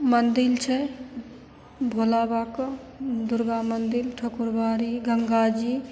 मन्दिर छै भोला बाबाके दुर्गा मन्दिर ठकुरबाड़ी गंगाजी